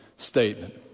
Statement